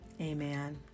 Amen